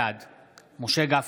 בעד משה גפני,